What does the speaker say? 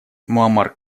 муамар